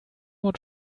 want